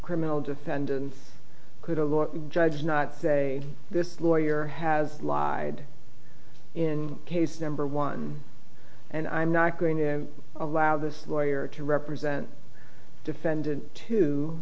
criminal defendant could a law judge not say this lawyer has lied in case number one and i'm not going to allow this lawyer to represent a defendant to